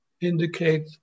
indicate